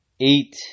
eight